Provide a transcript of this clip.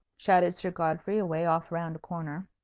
shouted sir godfrey, away off round a corner.